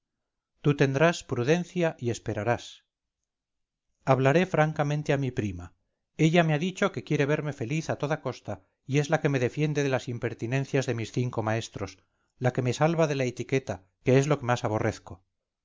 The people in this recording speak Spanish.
tú tendrás prudencia y esperarás hablaré francamente a mi prima ella me ha dicho que quiere verme feliz a toda costa y es la que me defiende de las impertinencias de mis cinco maestros y la que me salva de la etiqueta que es lo que más aborrezco